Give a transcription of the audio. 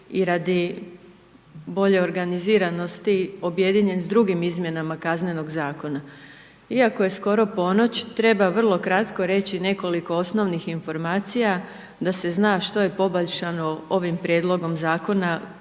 i radi bolje organiziranosti objedinjen s drugim izmjenama Kaznenog zakona. Iako je skoro ponoć treba vrlo kratko reći nekoliko osnovnih informacija da se zna što je poboljšano ovim prijedlogom zakona